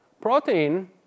protein